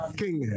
king